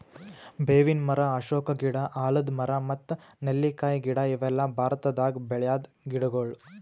ಬೇವಿನ್ ಮರ, ಅಶೋಕ ಗಿಡ, ಆಲದ್ ಮರ ಮತ್ತ್ ನೆಲ್ಲಿಕಾಯಿ ಗಿಡ ಇವೆಲ್ಲ ಭಾರತದಾಗ್ ಬೆಳ್ಯಾದ್ ಗಿಡಗೊಳ್